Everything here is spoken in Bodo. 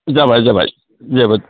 जाबाय जाबाय जोबोद